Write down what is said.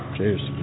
Cheers